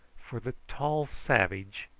for the tall savage,